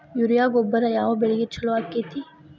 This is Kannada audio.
ಯೂರಿಯಾ ಗೊಬ್ಬರ ಯಾವ ಬೆಳಿಗೆ ಛಲೋ ಆಕ್ಕೆತಿ?